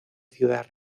ciudad